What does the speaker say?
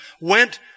went